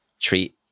treat